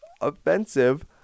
offensive